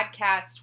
podcast